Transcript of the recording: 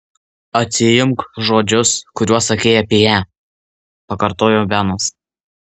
atsiimk žodžius kuriuos sakei apie ją pakartojo benas